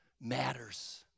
matters